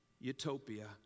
utopia